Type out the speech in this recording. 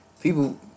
People